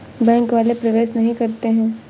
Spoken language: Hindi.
बैंक वाले प्रवेश नहीं करते हैं?